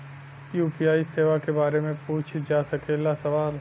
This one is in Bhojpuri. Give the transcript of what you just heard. यू.पी.आई सेवा के बारे में पूछ जा सकेला सवाल?